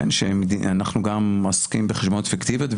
אנחנו גם עוסקים בחשבונות פיקטיביים,